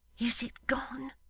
is it gone